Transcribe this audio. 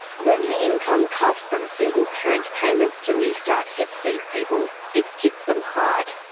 when the income cut from single parent payment to newstart hits these people, it hits them hard.